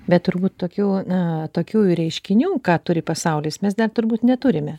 bet turbūt tokių na tokių reiškinių ką turi pasaulis mes dar turbūt neturime